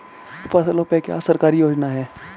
फसलों पे क्या सरकारी योजना है?